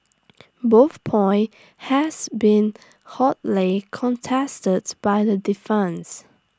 both point has been hotly contested by the defence